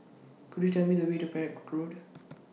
Could YOU Tell Me The Way to Perak Road